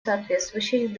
соответствующих